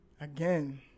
Again